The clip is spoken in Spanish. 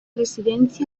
residencia